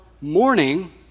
morning